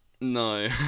No